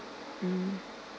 mm